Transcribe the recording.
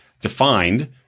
defined